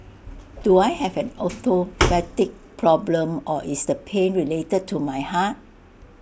do I have an orthopaedic problem or is the pain related to my heart